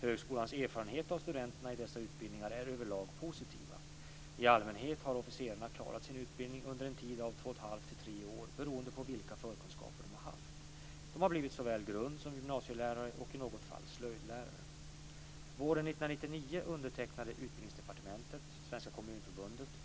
Högskolans erfarenheter av studenterna i dessa utbildningar är överlag positiva. I allmänhet har officerarna klarat sin utbildning under en tid av 2,5-3 år, beroende på vilka förkunskaper de haft. De har blivit såväl grund som gymnasielärare och i något fall slöjdlärare.